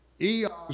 eons